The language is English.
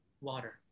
water